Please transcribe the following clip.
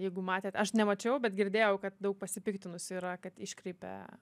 jeigu matėte aš nemačiau bet girdėjau kad daug pasipiktinusių yra kad iškreipia